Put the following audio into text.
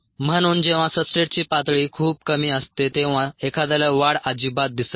म्हणून जेव्हा सब्सट्रेटची पातळी खूप कमी असते तेव्हा एखाद्याला वाढ अजिबात दिसत नाही